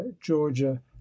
georgia